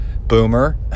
boomer